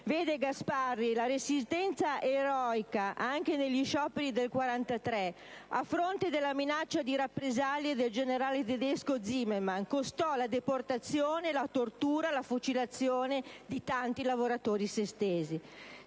Gasparri, la resistenza eroica, anche negli scioperi del '43, a fronte della minaccia di rappresaglie del generale tedesco Zimmerman, costò la deportazione, la tortura e la fucilazione di tanti lavoratori sestesi.